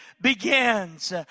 begins